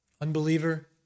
unbeliever